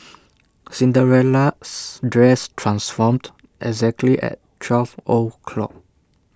Cinderella's dress transformed exactly at twelve o' clock